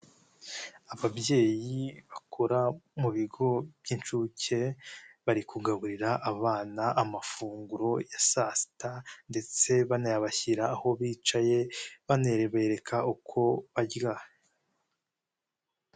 Ababyeyi bakora mu bigo by'incuke bari kugaburira abana amafunguro ya saa sita ndetse banayabashyira aho bicaye banerebereka uko barya.